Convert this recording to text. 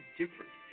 different